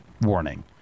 warning